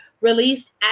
released